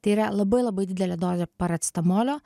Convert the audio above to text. tai yra labai labai didelė dozė paracetamolio